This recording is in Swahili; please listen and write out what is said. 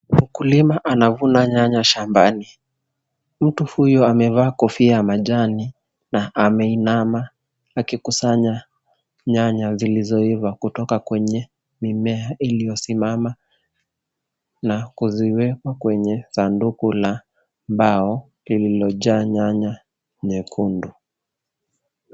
Mkulima anavuna nyanya shambani. Mtu huyu amevaa kofia ya majani na ameinama akikusanya nyanya zilizoiva kutoka kwenye mimea iliyosimama na kuziweka kwenye sanduku la mbao lililojaa nyanya nyekundu.